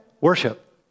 worship